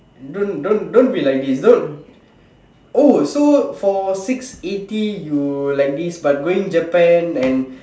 don't don't don't be like this don't oh so for six eighty you like this but going Japan and